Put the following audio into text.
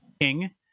king